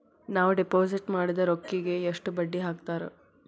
ನಾವು ಡಿಪಾಸಿಟ್ ಮಾಡಿದ ರೊಕ್ಕಿಗೆ ಎಷ್ಟು ಬಡ್ಡಿ ಹಾಕ್ತಾರಾ?